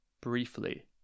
briefly